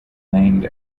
named